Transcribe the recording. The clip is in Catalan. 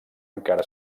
encara